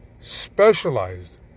specialized